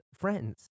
friends